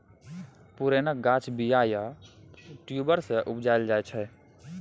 पुरैणक गाछ बीया या ट्युबर सँ उपजाएल जाइ छै